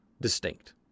Distinct